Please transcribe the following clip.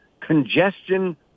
Congestion